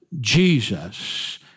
Jesus